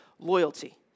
Loyalty